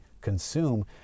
consume